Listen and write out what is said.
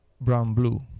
brown-blue